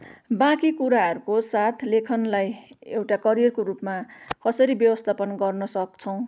बाँकी कुराहरूको साथ लेखनलाई एउटा करियरको रूपमा कसरी व्यवस्थापन गर्न सक्छौँ